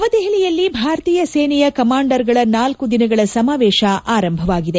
ನವದೆಹಲಿಯಲ್ಲಿ ಭಾರತೀಯ ಸೇನೆಯ ಕಮಾಂಡರ್ಗಳ ನಾಲ್ಕು ದಿನಗಳ ಸಮಾವೇಶ ಆರಂಭವಾಗಿದೆ